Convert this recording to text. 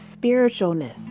spiritualness